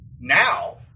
Now